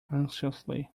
anxiously